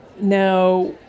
Now